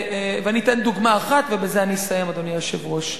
אתן דוגמה אחת, ובזה אסיים, אדוני היושב-ראש.